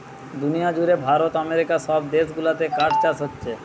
দুনিয়া জুড়ে ভারত আমেরিকা সব দেশ গুলাতে কাঠ চাষ হোচ্ছে